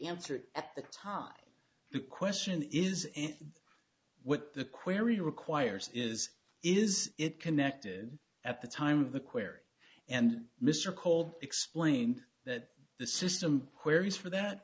answered at the time the question is and what the query requires is is it connected at the time of the querrey and mr cold explained that the system where he's for that